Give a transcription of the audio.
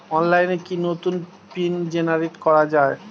অনলাইনে কি নতুন পিন জেনারেট করা যায়?